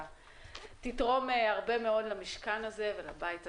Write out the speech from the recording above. תתרום הרבה מאוד למשכן הזה ולבית הזה.